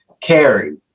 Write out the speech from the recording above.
carry